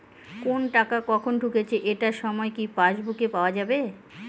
কোনো টাকা কখন ঢুকেছে এটার সময় কি পাসবুকে পাওয়া যাবে?